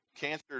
Cancer